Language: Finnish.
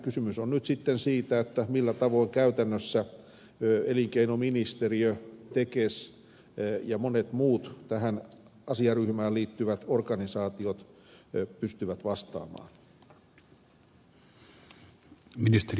kysymys on nyt sitten siitä millä tavoin käytännössä elinkeinoministeriö tekes ja monet muut tähän asiaryhmään liittyvät organisaatiot pystyvät tähän vastaamaan